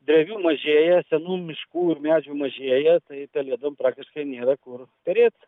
drevių mažėja senų miškų medžių mažėja tai pelėdom praktiškai nėra kur perėt